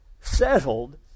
settled